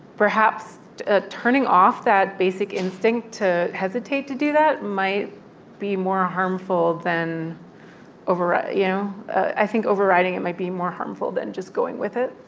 perhaps ah turning off that basic instinct to hesitate to do that might be more harmful than override. you know, i think overriding it might be more harmful than just going with it